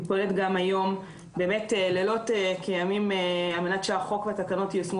והיא פועלת גם היום ועושה לילות כימים על מנת שהחוק והתקנות ייושמו